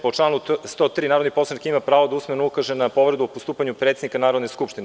Po članu 103. narodni poslanik ima pravo da usmeno ukaže na povredu u postupanju predsednika Narodne skupštine.